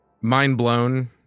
mind-blown